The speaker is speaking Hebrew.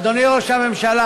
אדוני ראש הממשלה,